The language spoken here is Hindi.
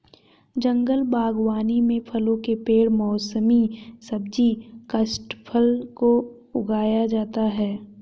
जंगल बागवानी में फलों के पेड़ मौसमी सब्जी काष्ठफल को उगाया जाता है